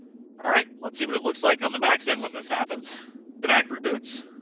alright. let's see what it looks like on the max and when this happens the mac reboots.